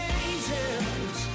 angels